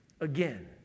Again